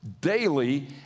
daily